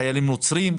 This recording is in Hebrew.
חיילים נוצרים,